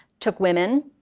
took women,